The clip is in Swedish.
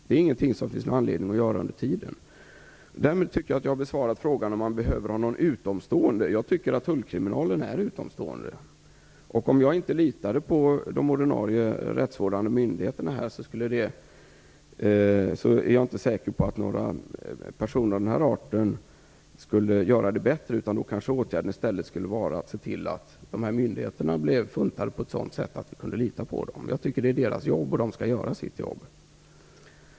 Det är ingenting som det finns anledning att göra under tiden. Därmed tycker jag att jag har besvarat frågan om man behöver ha någon utomstående. Jag tycker att tullkriminalen är utomstående. Om jag här inte litade på de ordinarie rättsvårdande myndigheterna är jag inte säker på att några personer av den art som föreslagits här skulle göra det bättre - då kanske åtgärden i stället borde bli att se till att de här myndigheterna blev så funtade att vi kunde lita på dem. Jag tycker att det här är deras jobb, och de skall göra sitt jobb.